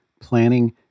planning